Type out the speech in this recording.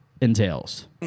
entails